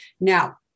Now